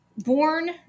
born